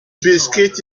biscuit